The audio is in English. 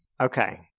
Okay